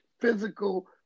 physical